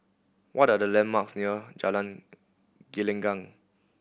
what are the landmarks near Jalan Gelenggang